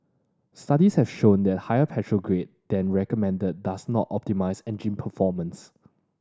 studies have shown that using a higher petrol grade than recommended does not optimise engine performance